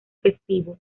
festivo